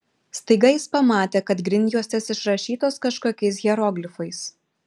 staiga jis pamatė kad grindjuostės išrašytos kažkokiais hieroglifais